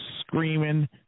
screaming